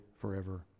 forever